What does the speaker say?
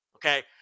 Okay